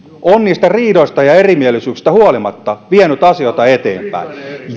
on niistä riidoista ja erimielisyyksistä huolimatta vienyt asioita eteenpäin